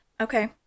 Okay